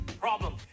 problem